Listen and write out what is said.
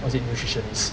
or is it nutritionist